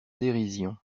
dérision